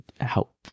help